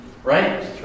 Right